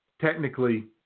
technically